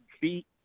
feet